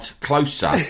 closer